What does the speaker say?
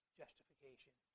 justification